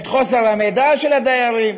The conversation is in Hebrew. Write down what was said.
את חוסר המידע של הדיירים,